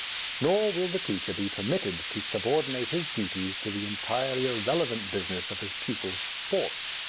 nor will the teacher be permitted to subordinate his duties to the entirely irrelevant business of his pupils' sports.